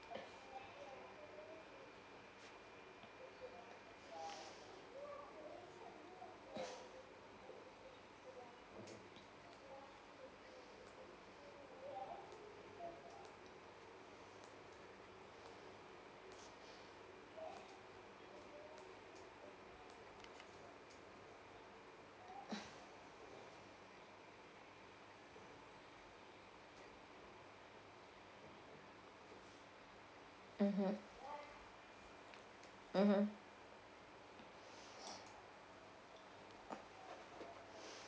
mmhmm mmhmm